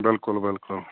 ਬਿਲਕੁਲ ਬਿਲਕੁਲ